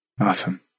Awesome